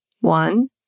one